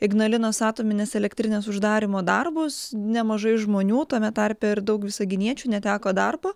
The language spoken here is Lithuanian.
ignalinos atominės elektrinės uždarymo darbus nemažai žmonių tame tarpe ir daug visaginiečių neteko darbo